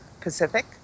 Pacific